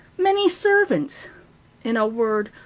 many servants in a word,